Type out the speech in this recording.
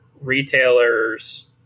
retailers